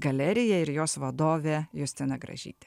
galerija ir jos vadovė justina gražytė